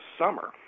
summer